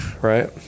right